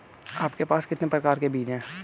आपके पास कितने प्रकार के बीज हैं?